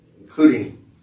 including